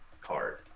card